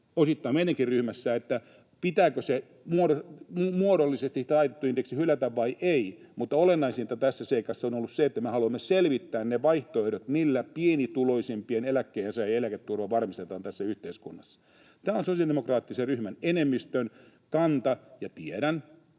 osittain meidänkin ryhmässämme, pitääkö muodollisesti taitettu indeksi hylätä vai ei. Mutta olennaisinta tässä seikassa on ollut se, että me haluamme selvittää ne vaihtoehdot, millä pienituloisimpien eläkkeensaajien eläketurva varmistetaan tässä yhteiskunnassa. Tämä on sosiaalidemokraattisen ryhmän enemmistön kanta. Ja tiedän,